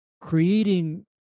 creating